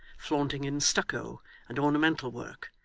flaunting in stucco and ornamental work,